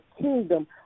kingdom